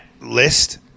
list